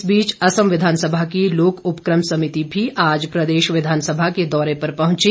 इस बीच असम विधानसभा की लोक उपकम समिति भी आज प्रदेश विधानसभा के दौरे पर पहुंची